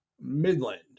Midland